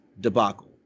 debacle